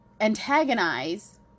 antagonize